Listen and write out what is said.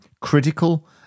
critical